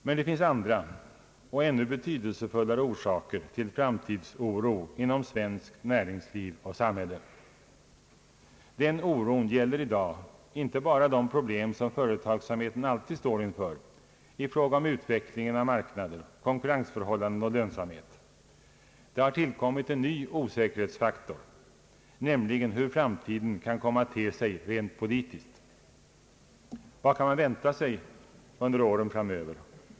Men det finns andra och ännu betydelsefullare orsaker till framtidsoro inom svenskt näringsliv och samhälle. Den oron gäller i dag inte bara de problem som företagsamheten alltid står inför i fråga om utvecklingen marknader, konkurrensförhållanden och lönsamhet. Det har tillkommit en ny osäkerhetsfaktor, nämligen hur framtiden kan komma att te sig rent politiskt. Jad kan man vänta sig under åren framöver?